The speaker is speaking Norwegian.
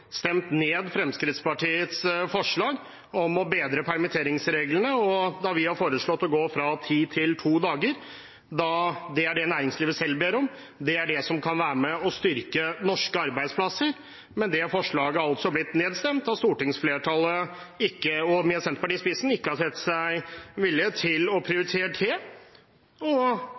dager, da det er det næringslivet selv ber om. Det er det som kan være med på å styrke norske arbeidsplasser, men det forslaget er altså blitt stemt ned, da stortingsflertallet, med Senterpartiet i spissen, ikke har sagt seg villige til å prioritere det.